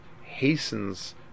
hastens